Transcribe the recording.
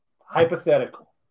Hypothetical